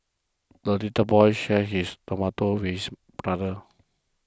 the little boy shared his tomato with his brother